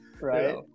Right